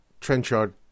Trenchard